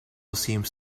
seems